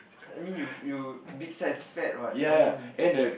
I mean you you big size fat what I mean